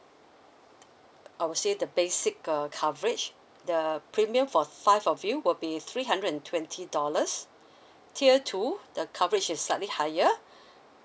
I'll say the basic uh coverage the premium for five of you will be three hundred and twenty dollars tier two the coverage is slightly higher